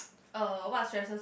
uh what stresses